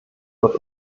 wird